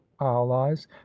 allies